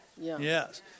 Yes